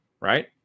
right